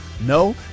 No